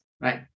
right